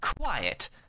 quiet